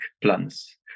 plans